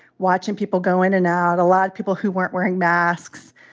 watching people go in and out a lot of people who weren't wearing masks,